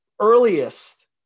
earliest